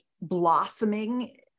blossoming